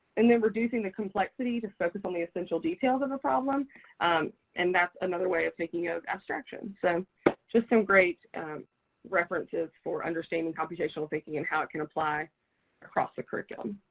and then reducing the complexity to focus on the essential details of the problem and that's another way of thinking of abstraction. so just some great references for understanding computational thinking and how it can apply across the curriculum.